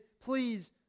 please